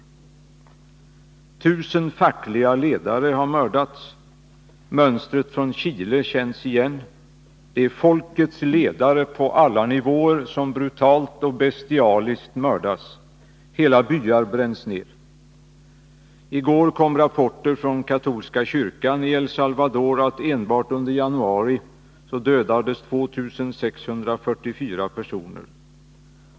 1000 fackliga ledare har mördas. Mönstret från Chile känns igen. Det är folkets ledare på alla nivåer som brutalt och bestialiskt mördas. Hela byar bränns ner. I går kom rapporter från katolska kyrkan i El Salvador att enbart under januari dödades 2 644 personer.